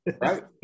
Right